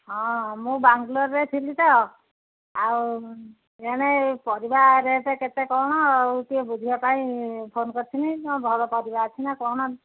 ହଁ ମୁଁ ବାଙ୍ଗଲୋରରେ ଥିଲି ତ ଆଉ ଏଣେ ପରିବା ରେଟ କେତେ କ'ଣ ଆଉ ଟିକେ ବୁଝିବା ପାଇଁ ଫୋନ କରିଥିଲି ମ ଭଲ ପରିବା ଅଛି ନା କ'ଣ